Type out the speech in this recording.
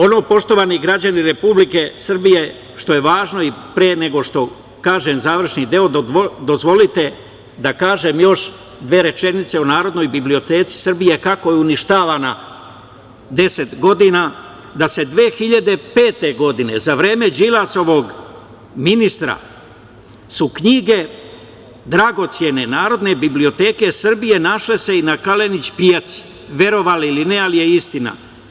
Ono poštovani građani Republike Srbije, što je važno i pre nego što kažem završni deo, dozvolite da kažem još dve rečenice o Narodnoj biblioteci Srbije, kako je uništavana deset godina, da su se 2005. godine za vreme Đilasovog ministra knjige dragocene Narodne biblioteke Srbije našle se i na Kalenić pijaci, verovali ili ne, ali je istina.